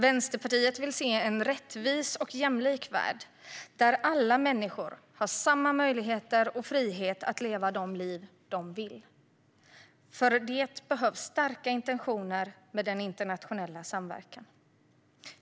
Vänsterpartiet vill se en rättvis och jämlik värld där alla människor har samma möjligheter och frihet att leva de liv de vill. För detta behövs starka intentioner med den internationella samverkan.